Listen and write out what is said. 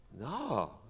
no